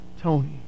Tony